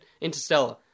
Interstellar